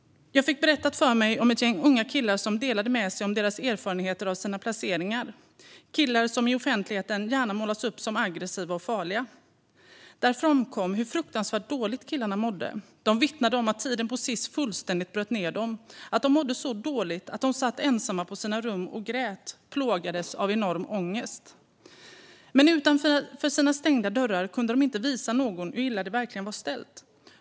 Jag fick berättat för mig om ett gäng unga killar som delade med sig om deras erfarenheter av sina placeringar. Det är killar som i offentligheten gärna målas upp som aggressiva och farliga. Där framkom hur fruktansvärt dåligt killarna mådde. De vittnade om att tiden på Sis fullständigt bröt ned dem och att de mådde så dåligt att de satt ensamma på sina rum och grät och plågades av enorm ångest. Men utanför sina stängda dörrar kunde de inte visa någon hur illa det verkligen var ställt.